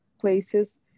places